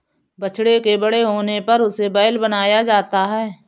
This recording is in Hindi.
बछड़े के बड़े होने पर उसे बैल बनाया जाता है